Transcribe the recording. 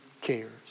cares